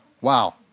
wow